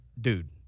dude